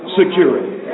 security